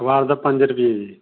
ਅਖ਼ਬਾਰ ਦਾ ਪੰਜ ਰੁਪਏ ਜੀ